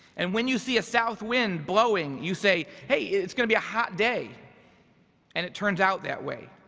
and when you see a south wind blowing, you say, hey, it's gonna be a hot day and it turns out that way.